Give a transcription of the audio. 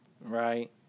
Right